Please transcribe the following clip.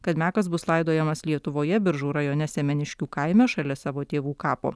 kad mekas bus laidojamas lietuvoje biržų rajone semeniškių kaime šalia savo tėvų kapo